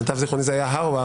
למיטב זכרוני זו הייתה הרווארד,